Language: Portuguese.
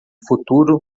futuro